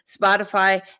Spotify